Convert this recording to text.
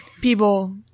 people